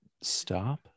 stop